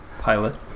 pilot